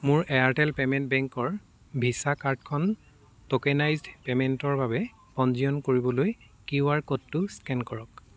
মোৰ Airtel payment বেংকৰ Visa কাৰ্ডখন ট'কেনাইজ্ড পে'মেণ্টৰ বাবে পঞ্জীয়ন কৰিবলৈ কিউ আৰ ক'ডটো স্কেন কৰক